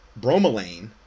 bromelain